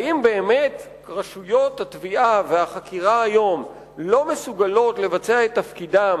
האם באמת רשויות התביעה והחקירה היום לא מסוגלות לבצע את תפקידן